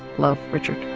love richard.